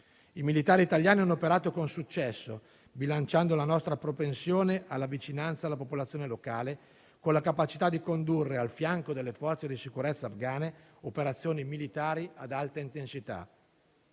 I militari italiani hanno operato con successo, bilanciando la nostra propensione alla vicinanza alla popolazione locale con la capacità di condurre, al fianco delle forze di sicurezza afgane, operazioni militari ad alta intensità.